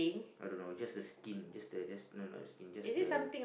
I don't know it just the skin just the just known as skin just the